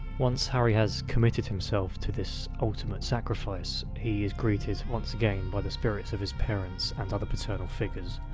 once harry has committed himself to this ultimate sacrifice, he is greeted once again by the spirits of his parents and other paternal figures.